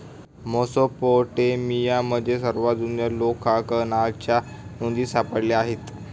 मेसोपोटेमियामध्ये सर्वात जुन्या लेखांकनाच्या नोंदी सापडल्या आहेत